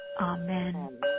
Amen